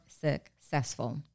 successful